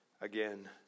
again